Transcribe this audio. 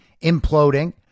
imploding